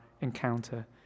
encounter